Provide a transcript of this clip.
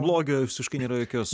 blogio visiškai nėra jokios